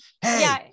Hey